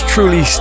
Truly